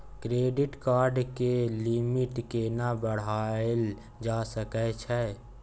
Credit card के limit केना बढायल जा सकै छै?